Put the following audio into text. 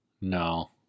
No